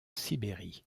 sibérie